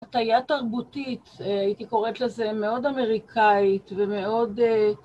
הטייה תרבותית, הייתי קוראת לזה מאוד אמריקאית ומאוד אה...